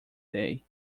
day